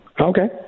Okay